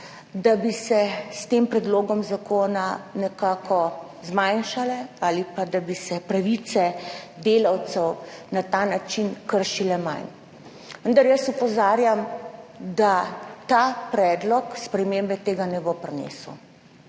s tem predlogom zakona nekako zmanjšale ali pa da bi se pravice delavcev na ta način kršile manj. Vendar jaz opozarjam, da ta predlog spremembe tega ne bo prinesel.